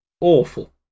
awful